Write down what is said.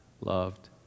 loved